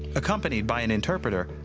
accompanied by an interpreter,